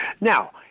Now